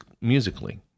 musically